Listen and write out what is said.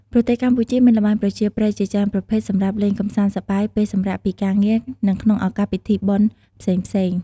ប្រទេសកម្ពុជាមានល្បែងប្រជាប្រិយជាច្រើនប្រភេទសម្រាប់លេងកម្សាន្តសប្បាយពេលសម្រាកពីការងារនិងក្នុងឱកាសពិធីបុណ្យផ្សេងៗ។